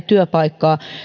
työpaikkaa